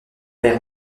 père